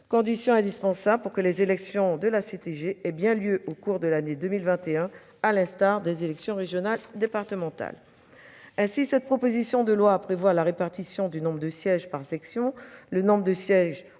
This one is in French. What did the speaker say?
condition indispensable pour que les élections de la collectivité territoriale de Guyane aient bien lieu au cours de l'année 2021, à l'instar des élections régionales et départementales. Ainsi, cette proposition de loi prévoit que la répartition du nombre de sièges par section, le nombre de sièges